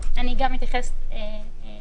אני גם אתייחס לזה.